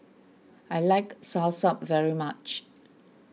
I like Soursop very much